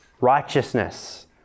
righteousness